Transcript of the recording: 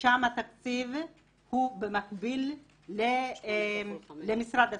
ושם התקציב במקביל למשרד הספורט,